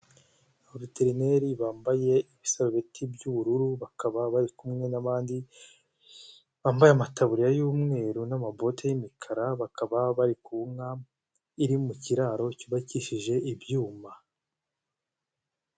Abaveterineri bambaye ibisarubeti by'ubururu, bakaba bari kumwe n'abandi bambaye amataburiya y'umweru n'amabote y'imikara, bakaba bari ku nka iri mu kiraro cyubakishije ibyuma.